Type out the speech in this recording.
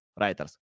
writers